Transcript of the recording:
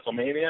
WrestleMania